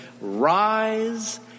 rise